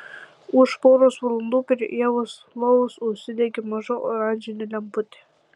už poros valandų prie ievos lovos užsidegė maža oranžinė lemputė